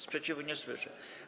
Sprzeciwu nie słyszę.